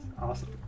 Awesome